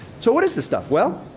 so, what is this stuff? well,